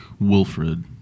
Wilfred